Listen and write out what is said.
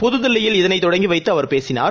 புதுதில்லியில் இதனைத் தொடங்கிவைத்துஅவர் பேசினார்